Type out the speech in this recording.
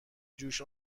جوش